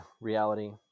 reality